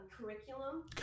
curriculum